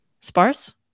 sparse